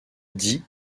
die